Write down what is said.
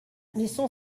laissons